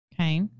okay